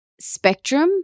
spectrum